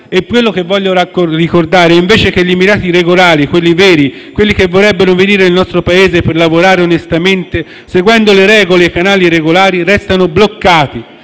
E voglio ricordare che, invece, gli immigrati regolari, quelli veri, quelli che vorrebbero venire nel nostro Paese per lavorare onestamente seguendo le regole e i canali regolari, restano bloccati.